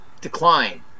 decline